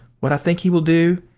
what i think he will do,